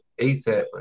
ASAP